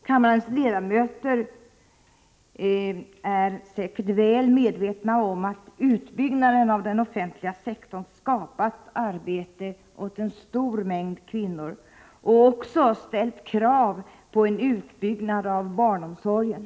Kammarens ledamöter är säkert väl medvetna om att utbyggnaden av den offentliga sektorn skapat arbete åt ett stort antal kvinnor — och också ställt krav på en utbyggnad av barnomsorgen.